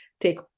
take